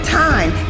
time